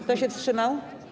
Kto się wstrzymał?